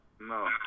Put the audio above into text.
No